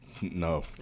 No